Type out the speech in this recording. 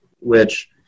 which-